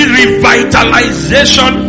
revitalization